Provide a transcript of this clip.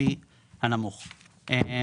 לפי הנמוך משניהם,